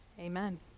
Amen